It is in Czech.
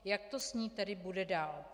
Jak to s ní tedy bude dál?